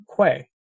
Quay